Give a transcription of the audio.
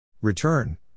Return